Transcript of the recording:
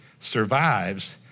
survives